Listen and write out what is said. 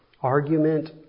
argument